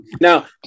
Now